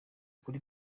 kuri